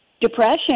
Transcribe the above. depression